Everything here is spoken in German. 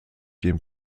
dem